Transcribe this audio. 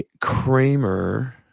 Kramer